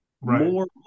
more